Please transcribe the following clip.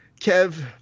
Kev